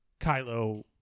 Kylo